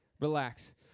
relax